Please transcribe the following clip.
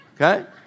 Okay